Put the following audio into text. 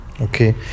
okay